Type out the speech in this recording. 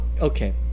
okay